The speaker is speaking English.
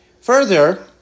Further